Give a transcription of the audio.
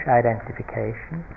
identification